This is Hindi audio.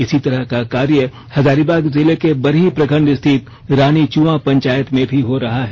इसी तरह का कार्य हजारीबाग जिले के बरही प्रखंड स्थित रानीचुआं पंचायत में भी हो रहा है